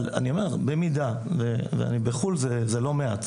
אבל אני אומר, במידה ואני בחו"ל, זה לא מעט.